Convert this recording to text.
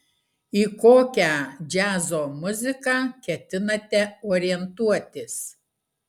į kokią džiazo muziką ketinate orientuotis